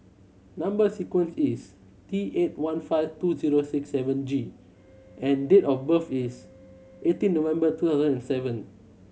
number sequence is T eight one five two zero six seven G and date of birth is eighteen November two thousand and seven